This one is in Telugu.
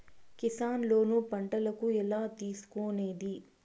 కిసాన్ లోను పంటలకు ఎలా తీసుకొనేది?